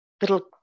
little